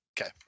okay